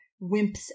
wimps